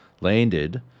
landed